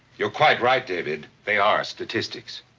you're quite right, david. they are statistics.